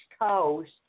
Coast